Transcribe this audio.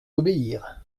obéir